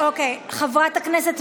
חבר הכנסת